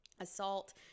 assault